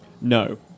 No